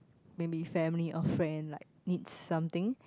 maybe family or friend like need something